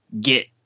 get